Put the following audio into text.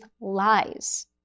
lies